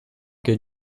che